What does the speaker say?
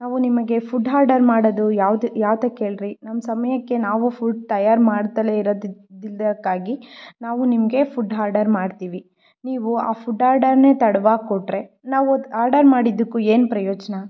ನಾವು ನಿಮಗೆ food order ಮಾಡೋದು ಯಾವ್ದು ಯಾತಕ್ಕೆ ಹೇಳಿರಿ ನಮ್ಮ ಸಮಯಕ್ಕೆ ನಾವು ಫುಡ್ ತಯಾರು ಮಾಡ್ದೇ ಇರೋದಿದ್ದಿಲ್ದೆರೋದ್ಕಾಗಿ ನಾವು ನಿಮಗೆ ಫುಡ್ ಹಾರ್ಡರ್ ಮಾಡ್ತೀವಿ ನೀವು ಆ ಫುಡ್ ಆರ್ಡರ್ನೇ ತಡವಾಗಿ ಕೊಟ್ಟರೆ ನಾವು ಅದು ಆರ್ಡರ್ ಮಾಡಿದ್ದಕ್ಕೂ ಏನು ಪ್ರಯೋಜನ